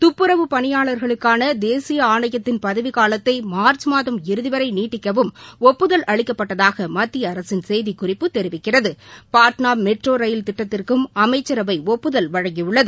துப்புரவு பணியாளர்களுக்கான தேசிய ஆணையத்தின் பதவிக்காலத்தை மார்ச் மாதம் இறுதி வரை நீட்டிக்கவும் ஒப்புதல் அளிக்கப்பட்டதாக மத்திய அரசின் செய்திக்குறிப்பு தெரிவிக்கிறது பாட்னா மெட்ரோ ரயில் திட்டத்திற்கும் அமைச்சரவை ஒப்புதல் வழங்கியுள்ளது